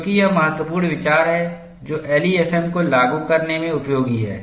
क्योंकि यह महत्वपूर्ण विचार है जो एलईएफएम को लागू करने में उपयोगी है